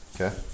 Okay